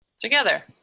together